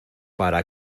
para